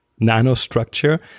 nanostructure